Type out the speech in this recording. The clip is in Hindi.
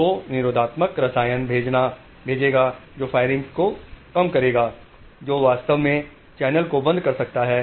तो निरोधात्मक रासायनिक भेजेगा जो फायरिंग को कम करेगा जो वास्तव में चैनल को बंद कर सकता है